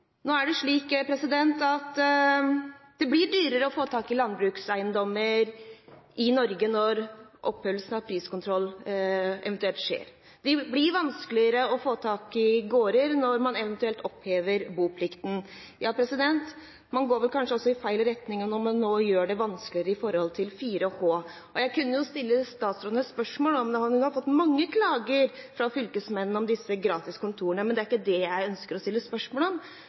Nå er det slik at det blir dyrere å få tak i landbrukseiendommer i Norge når opphevelse av priskontrollen eventuelt skjer. Det blir vanskeligere å få tak i gårder når man eventuelt opphever boplikten. Man går vel kanskje også i feil retning når man nå gjør det vanskeligere for 4H. Jeg kunne stille statsråden et spørsmål om man har fått mange klager fra fylkesmennene om disse gratis kontorene, men det er ikke det jeg ønsker å stille spørsmål om.